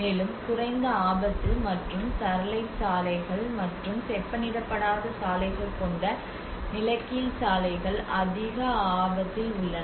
மேலும் குறைந்த ஆபத்து மற்றும் சரளைச் சாலைகள் மற்றும் செப்பனிடப்படாத சாலைகள் கொண்ட நிலக்கீல் சாலைகள் அதிக ஆபத்தில் உள்ளன